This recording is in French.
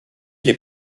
les